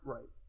Right